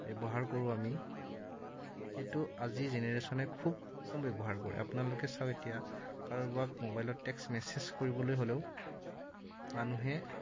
ব্যৱহাৰ কৰোঁ আমি সেইটো আজিৰ জেনেৰেশ্যনে খুব কম ব্যৱহাৰ কৰে আপোনালোকে চাওক এতিয়া কাৰোবাক ম'বাইলত টেক্স মেছেজ কৰিবলৈ হ'লেও মানুহে